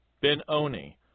Benoni